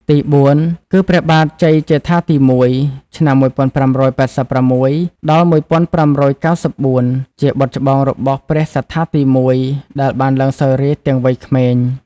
ទីបួនគឺ ព្រះបាទជ័យជេដ្ឋាទី១ (ឆ្នាំ ១៥៨៦-១៥៩៤) ជាបុត្រច្បងរបស់ព្រះសត្ថាទី១ ដែលបានឡើងសោយរាជ្យទាំងវ័យក្មេង។